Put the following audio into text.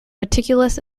meticulous